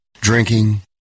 drinking